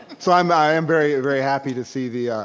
so um i am very, ah very happy to see the, ah